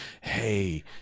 Hey